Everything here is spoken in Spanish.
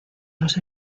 los